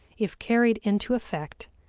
if carried into effect,